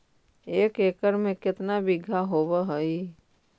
एक एकड़ में केतना बिघा होब हइ?